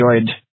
enjoyed